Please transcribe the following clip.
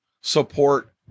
support